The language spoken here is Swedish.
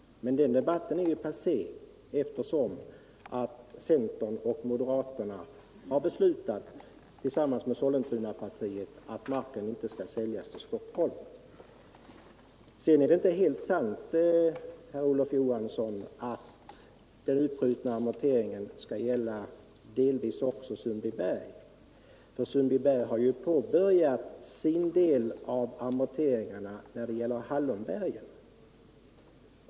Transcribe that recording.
Men den debatten är passé, eftersom centern och moderaterna tillsammans med Sollentunapartiet har beslutat att marken inte skall säljas till Stockholm. Det är inte helt sant, herr Olof Johansson, att den uppskjutna amorteringen delvis också skall gälla Sundbyberg. Sundbyberg har påbörjat sin del av amorteringarna när det gäller Hallonbergen.